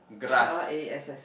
G_R_A_S_S